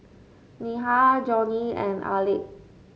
Neha Johnie and Aleck